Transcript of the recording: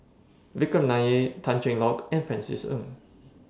Vikram Nair Tan Cheng Lock and Francis Ng